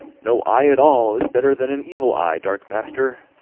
no eye at all is better than an evil eye, dark master!